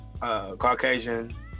Caucasian